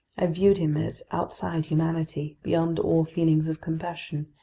i viewed him as outside humanity, beyond all feelings of compassion,